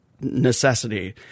necessity –